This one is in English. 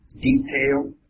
detail